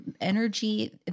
energy